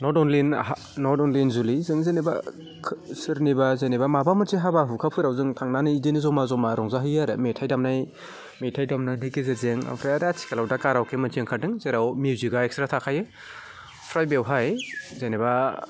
नट अनलि नट अनलि इन जुलि जों जेनेबा सोरनिबा जेनेबा माबा मोनसे हाबा हुखाफोराव जों थांनानै बिदिनो जमा मा रंजाहैयो आरो मेथाइ दामनाय मेथाइ दामनायनि गेजेरजों ओमफ्राय आरो आथिखालाव दा खारावथि मोनसे ओंखारदों जेराव मिउजिकआ एक्सट्रा थाखायो ओमफ्राय बेवहाय जेनेबा